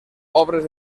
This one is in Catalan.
obres